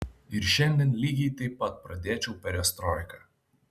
ir šiandien lygiai taip pat pradėčiau perestroiką